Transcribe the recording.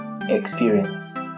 experience